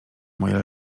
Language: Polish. moje